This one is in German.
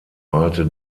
malte